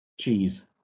cheese